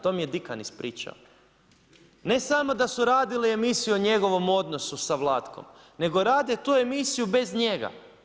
To mi je Dikan ispričao, ne samo da su radili emisiju o njegovom odnosu sa Vlatkom, nego rade tu emisiju bez njega.